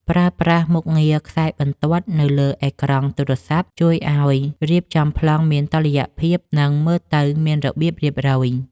ប្រើប្រាស់មុខងារខ្សែបន្ទាត់នៅលើអេក្រង់ទូរស័ព្ទជួយឱ្យរៀបចំប្លង់មានតុល្យភាព និង មើលទៅមានរបៀបរៀបរយ។